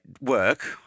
work